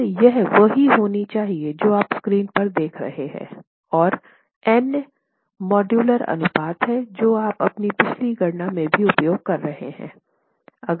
और यह वही होना चाहिए जो आप स्क्रीन पर देख रहे हैं और n मॉड्यूलर अनुपात हैं जो आप अपनी पिछली गणना में भी उपयोग कर रहे हैं